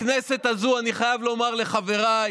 הכנסת הזו, אני חייב לומר לחבריי,